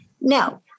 No